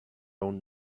own